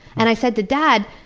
and i said to dad,